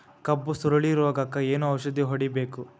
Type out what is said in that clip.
ಕಬ್ಬು ಸುರಳೀರೋಗಕ ಏನು ಔಷಧಿ ಹೋಡಿಬೇಕು?